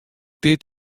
dit